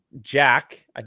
jack